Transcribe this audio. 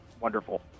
wonderful